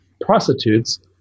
prostitutes